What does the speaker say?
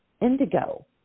indigo